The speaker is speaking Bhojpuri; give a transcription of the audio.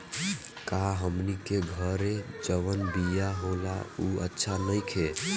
का हमनी के घरे जवन बिया होला उ अच्छा नईखे?